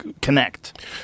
connect